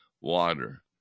water